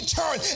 turn